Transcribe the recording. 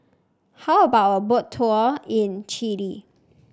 how about a Boat Tour in Chile